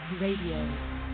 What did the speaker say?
Radio